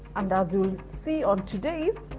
and as you will see on today's,